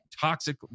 toxic